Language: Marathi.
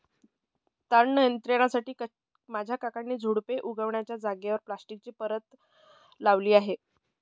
तण नियंत्रणासाठी माझ्या काकांनी झुडुपे उगण्याच्या जागेवर प्लास्टिकची परत लावली आहे